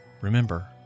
remember